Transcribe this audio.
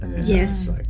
Yes